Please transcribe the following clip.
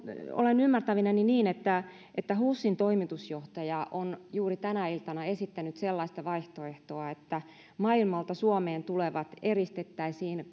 olen ymmärtävinäni niin että että husin toimitusjohtaja on juuri tänä iltana esittänyt sellaista vaihtoehtoa että maailmalta suomeen tulevat eristettäisiin